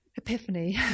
epiphany